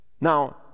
Now